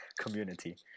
community